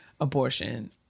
abortion